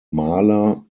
mahler